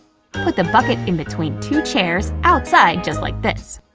put the bucket in between two chairs outside just like this.